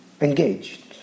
engaged